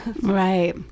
Right